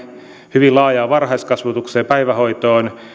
hyvin laajaan varhaiskasvatukseen päivähoitoon